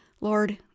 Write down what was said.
Lord